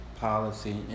policy